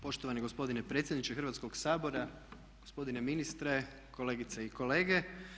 Poštovani gospodine predsjedniče Hrvatskog sabora, gospodine ministre, kolegice i kolege.